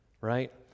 right